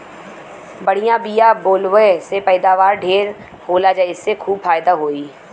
बढ़िया बिया बोवले से पैदावार ढेर होला जेसे खूब फायदा होई